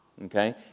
Okay